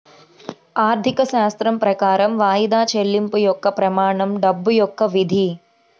ఆర్థికశాస్త్రం ప్రకారం వాయిదా చెల్లింపు యొక్క ప్రమాణం డబ్బు యొక్క విధి